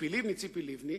ציפי לבני,